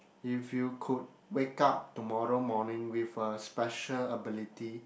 if you could wake up tomorrow morning with a special ability